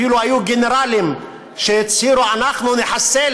אפילו היו גנרלים שהצהירו: אנחנו נחסל